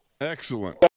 excellent